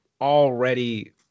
already